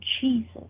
Jesus